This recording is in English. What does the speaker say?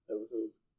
episodes